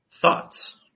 Thoughts